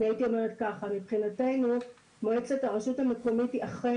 הייתי אומרת שמבחינתנו מועצת הרשות המקומית היא אכן